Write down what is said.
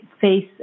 face